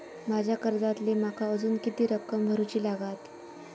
माझ्या कर्जातली माका अजून किती रक्कम भरुची लागात?